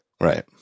right